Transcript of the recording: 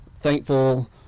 thankful